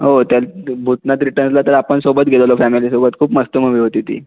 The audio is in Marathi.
हो त्या भूतनाथ रिटनला तर आपण सोबत गेलेलो फॅमिलीसोबत खूप मस्त मुवी होती ती